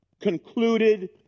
concluded